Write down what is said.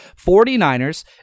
49ers